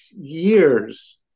years